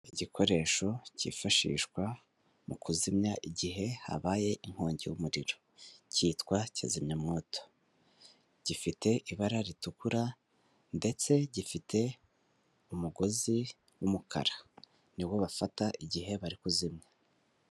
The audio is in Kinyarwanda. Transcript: Igikoresho cyifashishwa mu kuzimya igihe habaye inkongi y'umuriro, cyitwa kizimyamwoto, gifite ibara ritukura ndetse gifite umugozi w'umukara, niwo bafata igihe bari kuzimya.